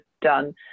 done